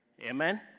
Amen